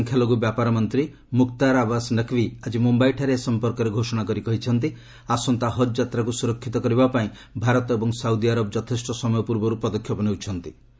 କେନ୍ଦ୍ର ସଂଖ୍ୟାଲଘୁ ବ୍ୟାପାର ମନ୍ତ୍ରୀ ମୁକ୍ତାର ଆବାସ୍ ନକ୍ଭି ଆଜି ମୁମ୍ଭାଇଠାରେ ଏ ସମ୍ପର୍କରେ ଘୋଷଣା କରି କହିଛନ୍ତି ଆସନ୍ତା ହଜ୍ ଯାତ୍ରାକୁ ସ୍ୱରକ୍ଷିତ କରିବାପାଇଁ ଭାରତ ଏବଂ ସାଉଦୀ ଆରବ ଯଥେଷ୍ଟ ସମୟ ପୂର୍ବରୁ ପଦକ୍ଷେପ ନେଉଛନ୍ତି